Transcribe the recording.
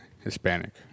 Hispanic